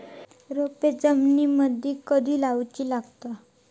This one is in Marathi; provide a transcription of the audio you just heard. रोपे जमिनीमदि कधी लाऊची लागता?